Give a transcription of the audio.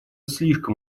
слишком